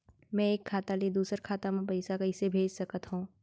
मैं एक खाता ले दूसर खाता मा पइसा कइसे भेज सकत हओं?